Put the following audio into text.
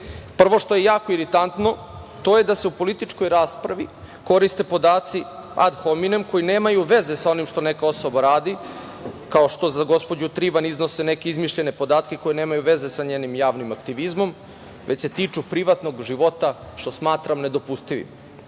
što je jako iritantno, to je da se u političkoj raspravi koriste podaci „ad hominem“ koji nemaju veze sa onim što neka osoba radi, kao što za gospođu Trivan iznose neke izmišljene podatke koji nemaju veze sa njenim javnim aktivizmom, već se tiču privatnog života, što smatram nedopustivim. Ja